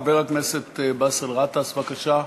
חבר הכנסת באסל גטאס, בבקשה.